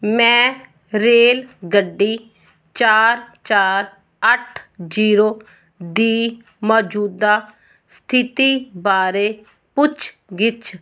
ਮੈਂ ਰੇਲਗੱਡੀ ਚਾਰ ਚਾਰ ਅੱਠ ਜੀਰੋ ਦੀ ਮੌਜੂਦਾ ਸਥਿਤੀ ਬਾਰੇ ਪੁੱਛ ਗਿੱਛ